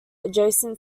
adjacent